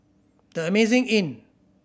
The Amazing Inn